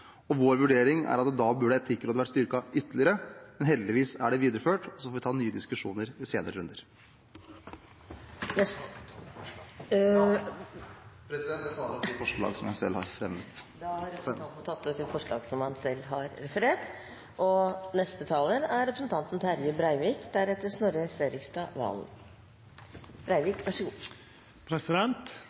Vår vurdering er at da burde Etikkrådet vært styrket ytterligere. Men heldigvis er det videreført, og så får vi ta nye diskusjoner i senere runder. Jeg tar opp de forslag som Senterpartiet har fremmet. Representanten Trygve Slagsvold Vedum har tatt opp de forslagene han refererte til. Debatten om forvaltninga av SPU i år har